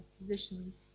positions